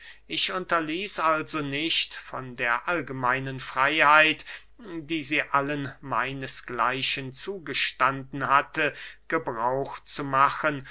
ich unterließ also nicht von der allgemeinen freyheit die sie allen meinesgleichen zugestanden hatte gebrauch zu machen